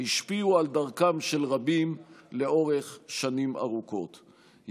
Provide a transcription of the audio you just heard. השפיעו על דרכם של רבים לאורך שנים ארוכות.